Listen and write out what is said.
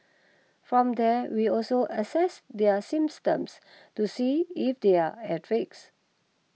from there we'll also assess their symptoms to see if they're at risk